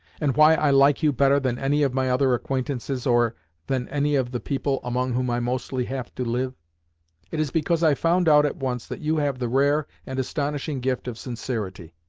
and why i like you better than any of my other acquaintances or than any of the people among whom i mostly have to live it is because i found out at once that you have the rare and astonishing gift of sincerity.